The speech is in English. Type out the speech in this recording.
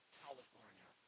california